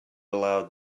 aloud